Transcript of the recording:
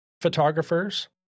photographers